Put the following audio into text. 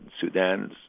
Sudan